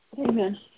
amen